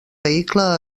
vehicle